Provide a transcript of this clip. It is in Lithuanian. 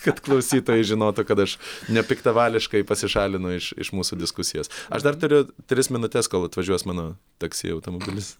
kad klausytojai žinotų kad aš nepiktavališkai pasišalinu iš iš mūsų diskusijos aš dar turiu tris minutes kol atvažiuos mano taksi automobilis